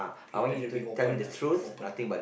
you'd better be open ah open ah